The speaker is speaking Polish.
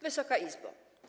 Wysoka Izbo!